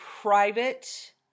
private